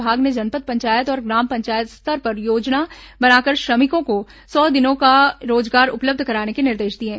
विभाग ने जनपद पंचायत और ग्राम पंचायत स्तर पर योजना योजना बनाकर श्रमिकों को सौ दिनों का रोजगार उपलब्ध कराने के निर्देश दिए हैं